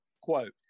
Quote